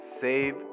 save